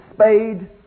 spade